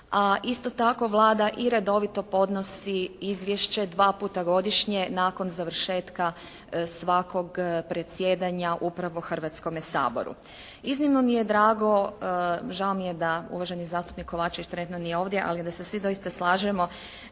isto tako Vlada i redovito podnosi izvješće dva puta godišnje nakon završetka svakog predsjedanja upravo Hrvatskome saboru. Iznimno mi je drago, žao mi je da uvaženi zastupnik Kovačević trenutno nije ovdje, ali da se svi doista slažemo